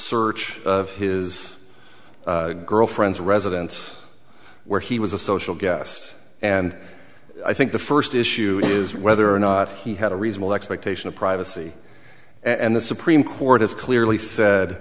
search of his girlfriend's residence where he was a social guest and i think the first issue is whether or not he had a reasonable expectation of privacy and the supreme court has clearly said